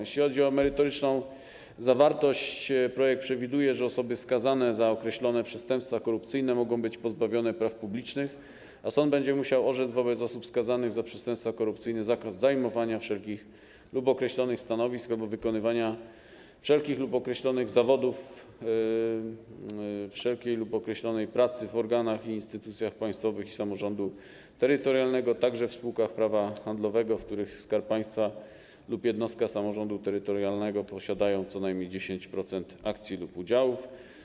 Jeśli chodzi o merytoryczną zawartość, projekt przewiduje, że osoby skazane za określone przestępstwa korupcyjne mogą być pozbawione praw publicznych, a sąd będzie musiał orzec wobec osób skazanych za przestępstwa korupcyjne zakaz zajmowania wszelkich lub określonych stanowisk albo wykonywania wszelkich lub określonych zawodów, wszelkiej lub określonej pracy w organach i instytucjach państwowych i samorządu terytorialnego, także w spółkach prawa handlowego, w których Skarb Państwa lub jednostka samorządu terytorialnego posiadają co najmniej 10% akcji lub udziałów.